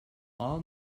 all